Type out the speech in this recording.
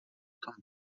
tam